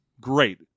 great